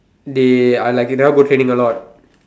they are like you never go training a lot